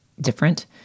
different